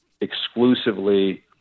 exclusively